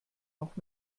noch